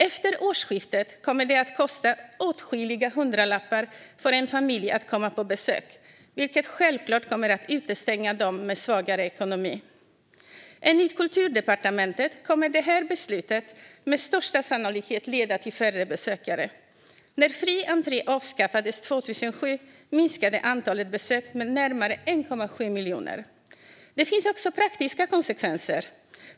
Efter årsskiftet kommer det att kosta åtskilliga hundralappar för en familj att komma på besök, vilket självklart kommer att utestänga dem med svagare ekonomi. Enligt Kulturdepartementet kommer det här beslutet med största sannolikhet att leda till färre besökare. När fri entré avskaffades 2007 minskade antalet besök med närmare 1,7 miljoner. Det finns också praktiska konsekvenser.